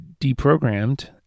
deprogrammed